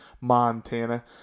Montana